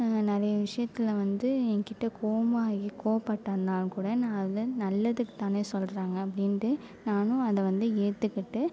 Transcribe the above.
நிறைய விஷயத்தில் வந்து என்கிட்ட கோபமா கோபப்பட்டிருந்தாலும் கூட நான் அது நல்லதுக்குதானே சொல்கிறாங்க அப்படின்ட்டு நானும் அதை வந்து ஏற்றுக்கிட்டு